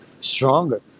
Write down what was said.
stronger